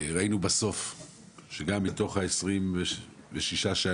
ראינו שגם מתוך ה-26 שענו,